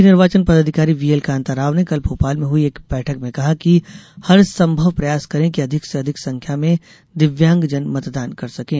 मुख्य निर्वाचन पदाधिकारी व्हीएल कान्ता राव ने कल भोपाल में हई एक बैठक में कहा कि हर संभव प्रयास करें कि अधिक से अधिक संख्या में दिव्यांगजन मतदान कर सकें